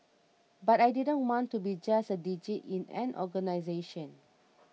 but I didn't want to be just a digit in an organisation